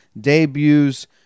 debuts